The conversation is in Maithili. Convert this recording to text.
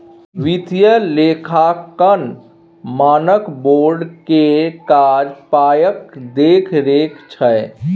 वित्तीय लेखांकन मानक बोर्ड केर काज पायक देखरेख छै